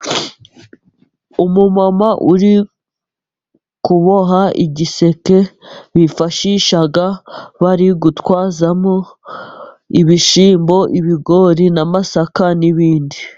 Umumama uri kuboha igiseke bifashisha bari gutwaramo ibishyimbo, ibigori, n'amasaka n'ibindi.